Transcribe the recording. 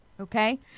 Okay